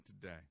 today